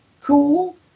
cool